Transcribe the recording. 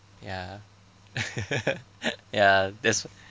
ya ya that's